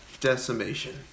Decimation